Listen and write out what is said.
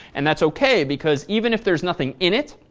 and that's ok because even if there's nothing in it,